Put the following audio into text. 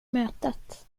mötet